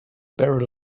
barrel